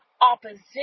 opposition